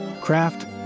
craft